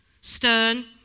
stern